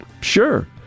Sure